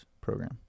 program